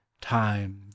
time